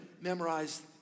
memorize